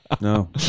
No